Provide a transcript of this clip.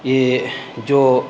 یہ جو